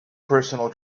personal